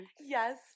Yes